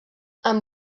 amb